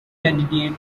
candidate